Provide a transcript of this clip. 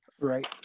Right